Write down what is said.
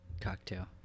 cocktail